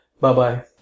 Bye-bye